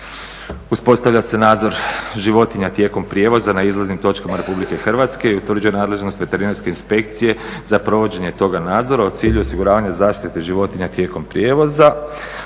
uspostavlja se nadzor životinja tijekom prijevoza na izlaznim točkama RH i utvrđuje nadležnost veterinarske inspekcije za provođenje toga nadzora, a u cilju osiguravanja zaštite životinja tijekom prijevoza.